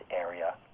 area